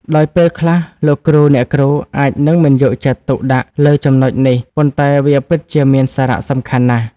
ដោយពេលខ្លះលោកគ្រូអ្នកគ្រូអាចនឹងមិនយកចិត្តទុកដាក់់លើចំណុចនេះប៉ុន្តែវាពិតជាមានសារៈសំខាន់ណាស់។